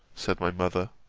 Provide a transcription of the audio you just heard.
said my mother